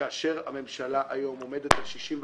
וכאשר הממשלה היום עומדת על 61 חברים,